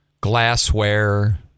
glassware